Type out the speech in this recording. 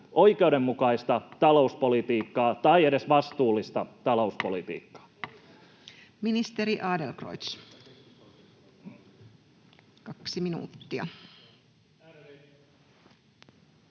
oikeudenmukaista talouspolitiikkaa tai edes vastuullista talouspolitiikkaa? Ministeri Adlercreutz, kaksi minuuttia. Ärade